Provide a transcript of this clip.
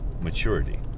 maturity